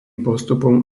postupom